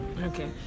okay